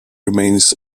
remains